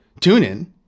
TuneIn